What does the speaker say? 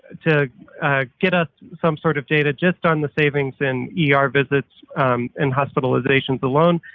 to get us some sort of data just on the savings in yeah ah er visits and hospitalizations alone,